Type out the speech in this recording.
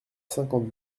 cinquante